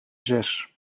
zes